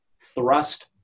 thrust